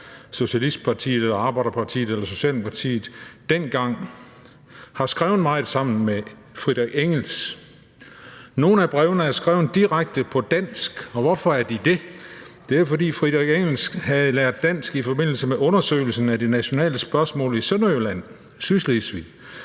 socialistpartiet eller arbejderpartiet eller Socialdemokratiet dengang, har skrevet meget sammen med Friedrich Engels. Nogle af brevene er skrevet direkte på dansk. Og hvorfor er de det? Det er, fordi Friedrich Engels havde lært dansk i forbindelse med undersøgelsen af det nationale spørgsmål i Sønderjylland, Sydslesvig,